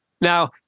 Now